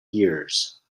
years